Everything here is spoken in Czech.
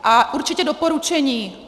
A určitě doporučení: